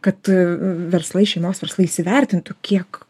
kad v verslai šeimos verslai įsivertintų kiek